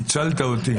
הצלת אותי.